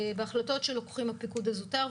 בהחלטות שלוקחים הפיקוד הזוטר,